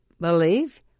believe